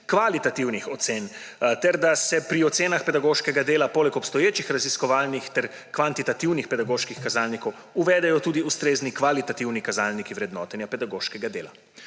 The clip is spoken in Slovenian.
kvalitativnih ocen ter da se pri ocenah pedagoškega dela poleg obstoječih raziskovalnih ter kvantitativnih pedagoških kazalnikov uvedejo tudi ustrezni kvalitativni kazalniki vrednotenja pedagoškega dela.